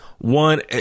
One